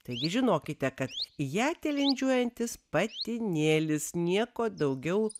taigi žinokite kad ją tilindžiuojantis patinėlis nieko daugiau